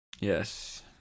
Yes